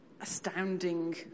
astounding